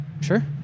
Sure